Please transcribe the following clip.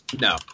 No